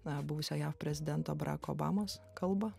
na buvusio jav prezidento barako obamos kalbą